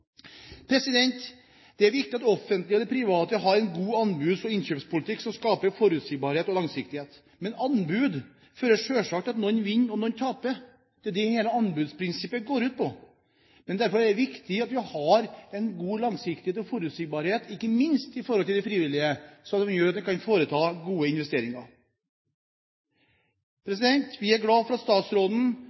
form. Det er viktig at det offentlige og de private har en god anbuds- og innkjøpspolitikk som skaper forutsigbarhet og langsiktighet. Men anbud fører selvsagt til at noen vinner og noen taper, det er det hele anbudsprinsippet går ut på. Derfor er det viktig at vi har en god langsiktighet og forutsigbarhet ikke minst i forhold til de frivillige, som gjør at man kan foreta gode investeringer. Flertallet i komiteen er glad for at statsråden